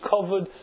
covered